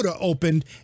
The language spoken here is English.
opened